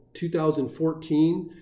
2014